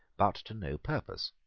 but to no purpose.